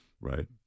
right